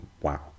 wow